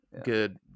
good